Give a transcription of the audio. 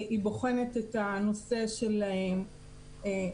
היא בוחנת את הנושא של ההיסטוריה,